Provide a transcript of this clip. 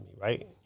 Right